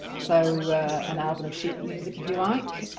so an album of sheet music if you like